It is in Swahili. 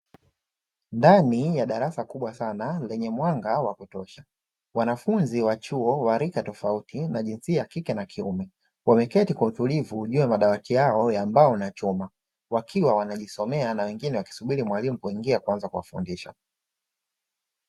Ndani ya darasa kubwa sana lenye mwanga wa kutosha, wanafunzi wa chuo wa rika tofauti na jinsia kike na kiume, wameketi kwa utulivu juu ya madawati yao ya mbao na chuma. Wakiwa wanajisomea na wengine wanamsubiri mwalimu, kuingia kuanza kuwafundisha.